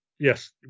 Yes